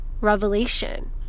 revelation